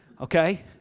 Okay